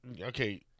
Okay